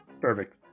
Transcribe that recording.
perfect